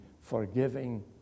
forgiving